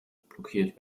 blockiert